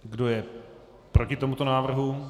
Kdo je proti tomuto návrhu?